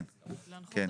כן, כן.